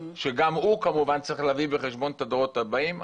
גם אותו כמובן צריך להביא בחשבון את הדורות הבאים,